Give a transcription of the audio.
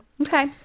Okay